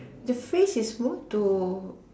the phrase is more to